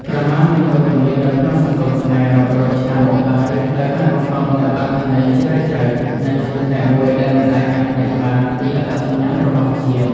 ក្រមាមានវត្តមាននៅក្នុងសង្គមខ្មែររាប់រយឆ្នាំមកហើយ ដោយបានបង្កប់នូវអត្ថន័យជ្រាលជ្រៅ និងជាផ្នែកមួយដែលមិនអាចកាត់ផ្តាច់បានពីអត្តសញ្ញាណរបស់ជាតិ។